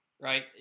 right